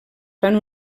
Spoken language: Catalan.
fan